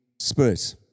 spirit